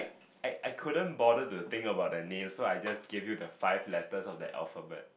I I couldn't bother to think about the names so I just gave you the five letters of the alphabet